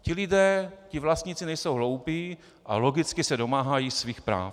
Ti lidé, ti vlastníci, nejsou hloupí a logicky se domáhají svých práv.